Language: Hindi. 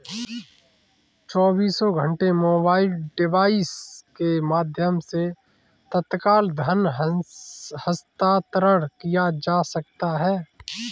चौबीसों घंटे मोबाइल डिवाइस के माध्यम से तत्काल धन हस्तांतरण किया जा सकता है